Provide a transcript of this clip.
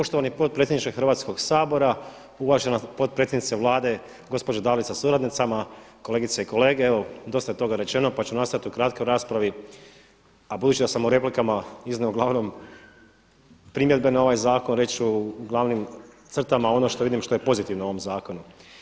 Poštovani potpredsjedniče Hrvatskog sabora, uvažena potpredsjednice Vlade gospođo Dalić sa suradnicama, kolegice i kolege evo dosta je toga rečeno pa ću nastojati u kratkoj raspravi a budući da sam u replikama iznio uglavnom primjedbe na ovaj zakon reći ću u glavnim crtama ono što vidim što je pozitivno u ovom zakonu.